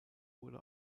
wurde